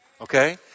Okay